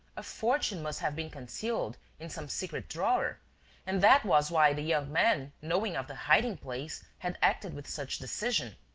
a fortune must have been concealed in some secret drawer and that was why the young man, knowing of the hiding-place, had acted with such decision.